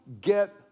get